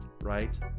right